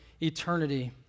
eternity